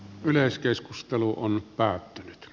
yleiskeskustelu on päättynyt